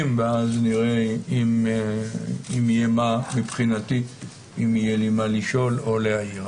ואז נראה אם יהיה לי מה לשאול או להעיר.